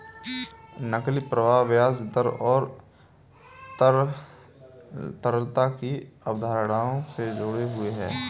नकदी प्रवाह ब्याज दर और तरलता की अवधारणाओं से जुड़े हुए हैं